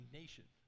nation